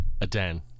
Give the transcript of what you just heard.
Adan